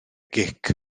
gic